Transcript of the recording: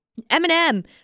Eminem